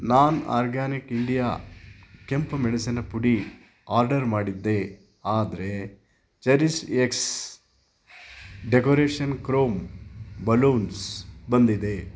ನಾನು Organic India ಕೆಂಪು ಮೆಣಸಿನ ಪುಡಿ ಆರ್ಡರ್ ಮಾಡಿದ್ದೆ ಆದರೆ ಚೆರಿಷ್ಎಕ್ಸ್ ಡೆಕೊರೇಷನ್ ಕ್ರೋಮ್ ಬಲೂನ್ಸ್ ಬಂದಿದೆ